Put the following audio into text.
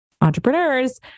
entrepreneurs